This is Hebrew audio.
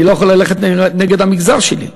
אני לא יכול ללכת נגד המגזר שלי,